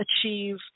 achieve